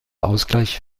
ausgleich